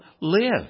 live